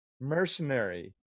mercenary